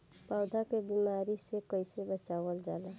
पौधा के बीमारी से कइसे बचावल जा?